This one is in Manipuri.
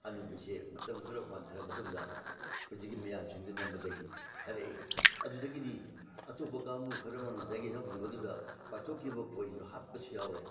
ꯍꯅꯨꯕꯤꯁꯦ ꯃꯇꯝ ꯈꯔ ꯋꯥꯟꯊꯔꯥ ꯃꯇꯨꯡꯗ ꯍꯧꯖꯤꯛꯀꯤ ꯃꯌꯥꯝꯁꯤꯡꯗꯨꯅ ꯅꯝꯕꯗꯒꯤ ꯐꯔꯛꯏ ꯑꯗꯨꯗꯒꯤꯗꯤ ꯑꯇꯣꯞꯄ ꯀꯥꯡꯕꯨ ꯈꯔ ꯑꯃꯅ ꯉꯁꯥꯏꯒꯤ ꯅꯝꯈꯤꯕꯗꯨꯗ ꯄꯥꯏꯊꯣꯛꯈꯤꯕ ꯈꯣꯏꯁꯤꯡꯗꯌꯨ ꯍꯥꯠꯄꯁꯨ ꯌꯥꯎꯔꯦ